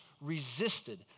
resisted